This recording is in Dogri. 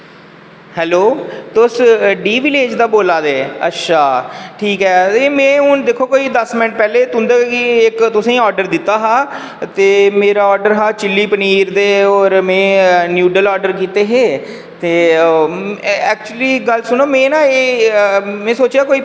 हैलो तुस डी विलेज़ दा बोल्ला दे अच्छा ते में हून दिक्खो कोई दस्स मिंट पैह्लें तुसेंगी इक्क ऑर्डर दित्ता हा ते मेरा ऑरडर हा चिल्ली पनीर ते होर में न्यूडल्स ऑर्डर कीते हे ते एक्चुअली गल्ल सुनो में ना एह् में सोचेआ कोई